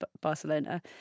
Barcelona